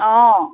অঁ